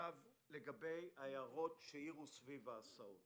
לגבי ההערות שהעירו על ההסעות